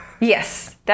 Yes